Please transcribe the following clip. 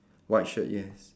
white shirt yes